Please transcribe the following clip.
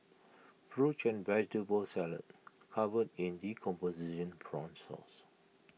fruit and vegetable salad covered in decomposing prawn sauce